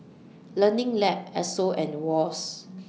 Learning Lab Esso and Wall's